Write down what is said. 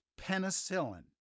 penicillin